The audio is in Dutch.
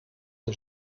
een